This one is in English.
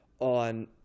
on